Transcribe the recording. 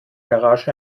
garage